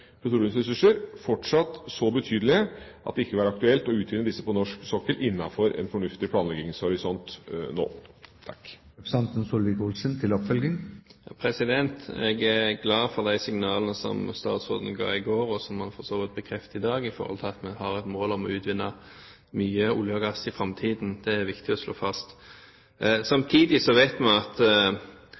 petroleumsressurser fortsatt så betydelige at det ikke vil være aktuelt å utvinne disse på norsk sokkel innenfor en fornuftig planleggingshorisont nå. Jeg er glad for de signalene statsråden ga i går, og som han for så vidt bekrefter i dag, om at vi har som mål å utvinne mye olje og gass i framtiden. Det er det viktig å slå fast. Samtidig vet vi at